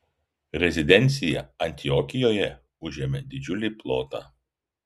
rezidencija antiokijoje užėmė didžiulį plotą